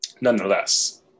nonetheless